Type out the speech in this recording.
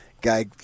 Guy